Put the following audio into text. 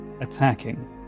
attacking